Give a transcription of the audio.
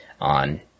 on